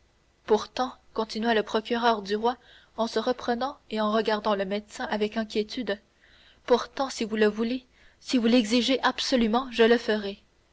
pourtant continua le procureur du roi en se reprenant et en regardant le médecin avec inquiétude pourtant si vous le voulez si vous l'exigez absolument je le ferai